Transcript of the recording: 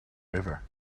river